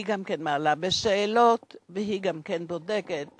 היא גם מעלה שאלות וגם בודקת